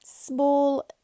small